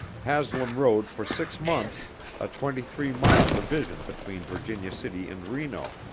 haslam rode for six months a twenty-three mile division between virginia city and reno,